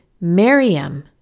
Miriam